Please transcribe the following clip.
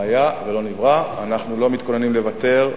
אנחנו לא מתכוננים לוותר על שום חזקה,